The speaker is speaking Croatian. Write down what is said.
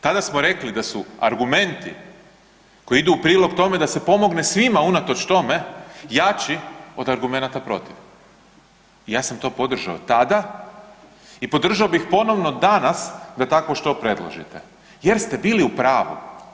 Tada smo rekli da su argumenti koji idu u prilog tome da se pomogne svima unatoč tome jači od argumenata protiv i ja sam to podržao tada i podržao bih ponovno danas da takvo što predlažete, jer ste bili u pravu.